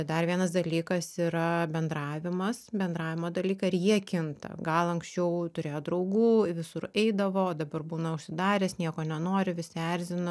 dar vienas dalykas yra bendravimas bendravimo dalykai ar jie kinta gal anksčiau turėjo draugų į visur eidavo o dabar būna užsidaręs nieko nenori visi erzina